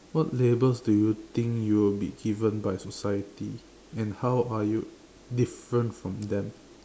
what labels do you think you'll be given by society and how are you different from them